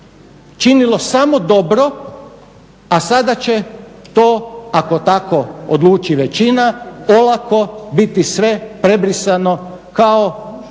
činilo samo dobro a sada će to ako tako odluči većina olako biti sve prebrisano kao